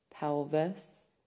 pelvis